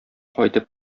кайтып